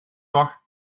zag